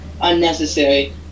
unnecessary